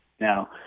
Now